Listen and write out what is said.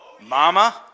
Mama